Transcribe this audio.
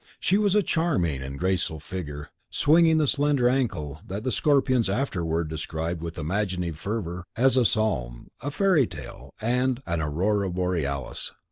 she was a charming and graceful figure, swinging the slender ankle that the scorpions afterward described with imaginative fervour as a psalm, a fairy-tale, and an aurora borealis.